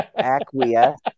Acquiesce